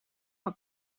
for